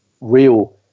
real